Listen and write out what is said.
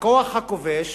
הכוח הכובש